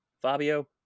Fabio